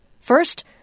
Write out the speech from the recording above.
First